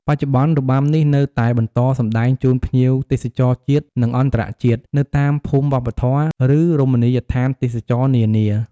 បច្ចុប្បន្ន របាំនេះនៅតែបន្តសម្តែងជូនភ្ញៀវទេសចរជាតិ និងអន្តរជាតិនៅតាមភូមិវប្បធម៌ ឬរមណីយដ្ឋានទេសចរណ៍នានា។